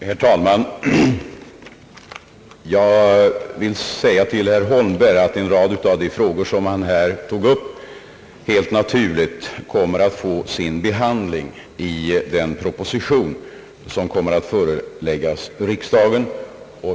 Herr talman! Jag vill säga till herr Holmberg att en rad av de frågor som han här tar upp helt naturligt får sin behandling i den proposition som kommer att föreläggas riksdagen.